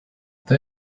they